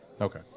Okay